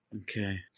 okay